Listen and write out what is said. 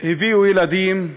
הביאו ילדים,